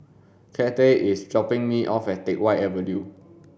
Cathey is dropping me off at Teck Whye Avenue